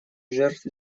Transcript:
жертв